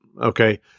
Okay